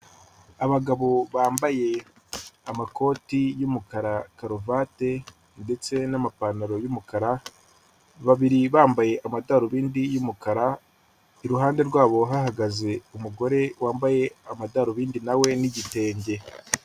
Abagabo bambaye amakoti y'umukara karuvati ndetse n'amapantaro y'umukara, babiri bambaye amadarubindi y'umukara, iruhande rwabo hahagaze umugore wambaye amadarubindi na we n'igitenge.